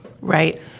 Right